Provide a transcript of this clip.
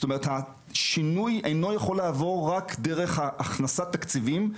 זאת אומרת: השינוי אינו יכול לעבור רק דרך הכנסת תקציבים,